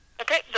Okay